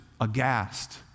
aghast